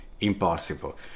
impossible